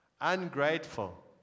ungrateful